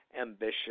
ambition